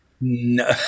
No